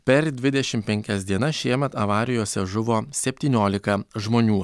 per dvidešim penkias dienas šiemet avarijose žuvo septyniolika žmonių